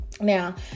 Now